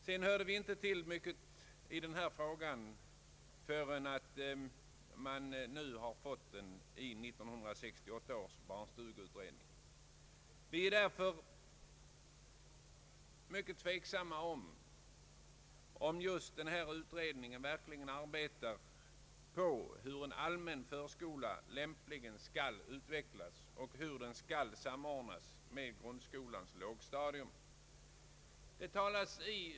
Sedan har man inte från regeringssidan gjort så mycket i denna fråga, inte förrän nu då den ingår i 1968 års barnstugeutredning. Vi är därför mycket tveksamma om just denna utredning verkligen arbetar med frågan hur en allmän förskola lämpligen skall utformas och samordnas med grundskolans lågstadium.